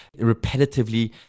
repetitively